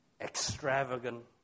extravagant